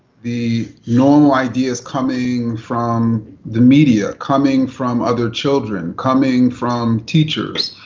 the normal ideas coming from the media, coming from other children, coming from teachers,